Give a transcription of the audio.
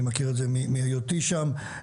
אני מכיר את זה מהיותי שם,